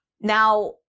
Now